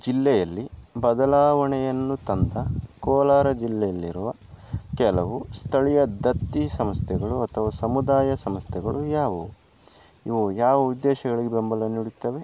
ಜಿಲ್ಲೆಯಲ್ಲಿ ಬದಲಾವಣೆಯನ್ನು ತಂದ ಕೋಲಾರ ಜಿಲ್ಲೆಯಲ್ಲಿರುವ ಕೆಲವು ಸ್ಥಳೀಯ ದತ್ತಿ ಸಂಸ್ಥೆಗಳು ಅಥವಾ ಸಮುದಾಯ ಸಂಸ್ಥೆಗಳು ಯಾವುವು ಇವು ಯಾವ ಉದ್ದೇಶಗಳಿಗೆ ಬೆಂಬಲ ನೀಡುತ್ತವೆ